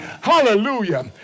Hallelujah